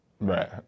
Right